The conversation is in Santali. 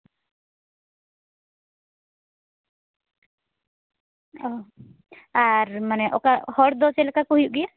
ᱚ ᱟᱨ ᱢᱟᱱᱮ ᱦᱚᱲ ᱫᱚ ᱪᱮᱫ ᱞᱮᱠᱟ ᱠᱚ ᱦᱩᱭᱩᱜ ᱜᱮᱭᱟ